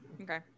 okay